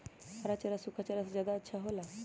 हरा चारा सूखा चारा से का ज्यादा अच्छा हो ला?